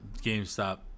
GameStop